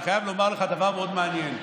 אני חייב לומר לך דבר מאוד מעניין: